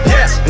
Yes